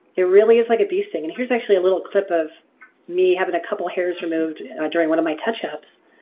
it really is like a bee sting. and here's actually a little clip of me having a couple hairs removed during one of my touch-ups.